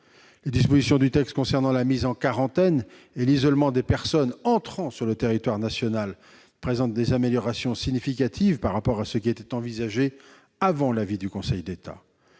Les dispositions du texte relatives à la mise en quarantaine et à l'isolement des personnes entrant sur le territoire national présentent des améliorations significatives par rapport à ce qui était envisagé avant l'avis du Conseil d'État.